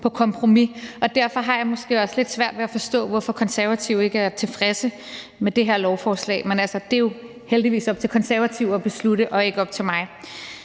på kompromis. Derfor har jeg måske også lidt svært ved at forstå, hvorfor Konservative ikke er tilfredse med det her lovforslag. Men det er jo heldigvis op til Konservative og ikke mig